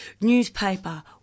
Newspaper